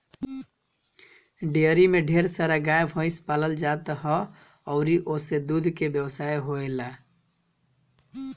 dairy में ढेर सारा गाए भइस पालल जात ह अउरी ओसे दूध के व्यवसाय होएला